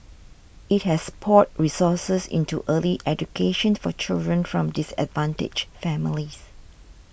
it has poured resources into early education for children from disadvantaged families